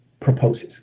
proposes